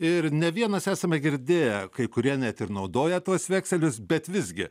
ir ne vienas esame girdėję kai kurie net ir naudoję tuos vekselius bet visgi